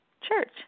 Church